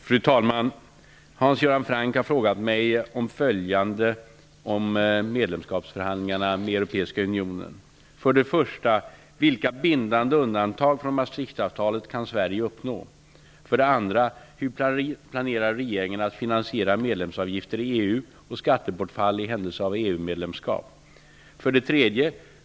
Fru talman! Hans Göran Franck har frågat mig om följande om medlemskapsförhandlingarna med Maastrichtavtalet kan Sverige uppnå? 2. Hur planerar regeringen att finansiera medlemsavgifter i EU och skattebortfall i händelse av EU-medlemskap? 3.